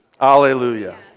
Alleluia